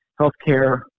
healthcare